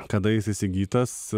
kada jis įsigytas